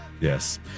Yes